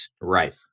Right